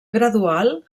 gradual